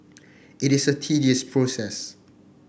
it is a tedious process